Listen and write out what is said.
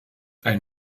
ein